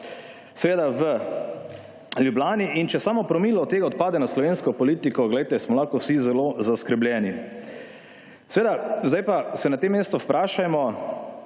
seveda v Ljubljani, in če samo promil od tega odpade na slovensko politiko, glejte, smo lahko vsi zelo zaskrbljeni. Seveda, zdaj pa se na tem mestu vprašajmo